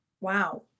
Wow